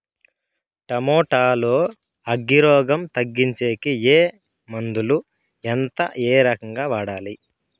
Tomato లో అగ్గి రోగం తగ్గించేకి ఏ మందులు? ఎంత? ఏ రకంగా వాడాలి?